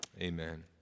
Amen